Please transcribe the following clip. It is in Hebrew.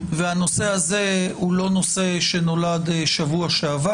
והנושא הזה לא נולד שבוע שעבר.